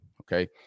Okay